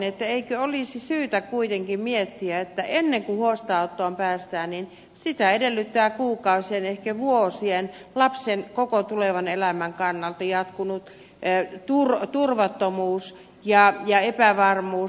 eikö olisi syytä kuitenkin miettiä sitä että ennen kuin huostaanottoon päästään sitä edeltää kuukausia ehkä vuosia jatkunut lapsen koko tulevan elämän kannalta merkityksellinen turvattomuus ja epävarmuus